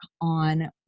on